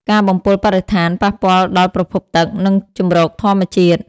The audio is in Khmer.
ការបំពុលបរិស្ថាន ប៉ះពាល់ដល់ប្រភពទឹក និងជម្រកធម្មជាតិ។